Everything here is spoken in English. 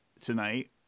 tonight